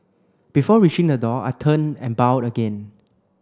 before reaching the door I turned and bowed again